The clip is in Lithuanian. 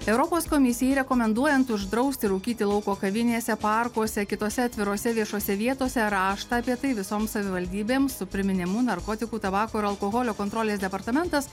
europos komisijai rekomenduojant uždrausti rūkyti lauko kavinėse parkuose kitose atvirose viešose vietose raštą apie tai visoms savivaldybėms su priminimu narkotikų tabako ir alkoholio kontrolės departamentas